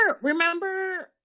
remember